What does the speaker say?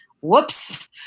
Whoops